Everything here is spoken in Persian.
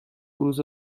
روز